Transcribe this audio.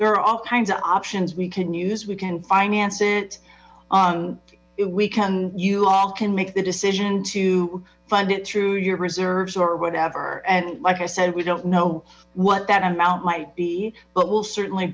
are all kinds of options we can use we can finance it if we can you all can make the decision to fund it through your reserves or whatever and like i said we don't know what that amount might be but we'll certainly